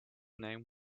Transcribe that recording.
name